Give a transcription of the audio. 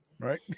Right